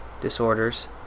disorders